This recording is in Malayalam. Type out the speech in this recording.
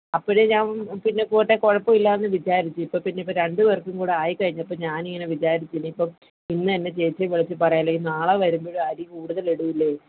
അപ്പോൾ ഞാൻ പിന്നെ പോട്ടെ കുഴപ്പം ഇല്ല എന്ന് വിചാരിച്ചു ഇപ്പോൾ പിന്നെ ഇപ്പോൾ രണ്ട് പേർക്കുംകൂടെ ആയി കഴിഞ്ഞപ്പോൾ ഞാനിങ്ങനെ വിചാരിച്ചു ഇപ്പം ഇന്ന് തന്നെ ചേച്ചിയെ വിളിച്ച് പറയാം അല്ലേൽ നാളെ വരുമ്പോൾ അരി കൂടുതൽ ഇടുകയില്ലേ